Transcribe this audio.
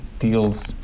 deals